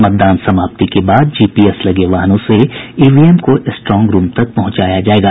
मतदान समाप्ति के बाद जीपीएस लगे वाहनों से ईवीएम को स्ट्रांग रूम तक पहुंचाया जायेगा